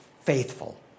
faithful